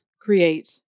create